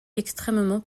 extrêmement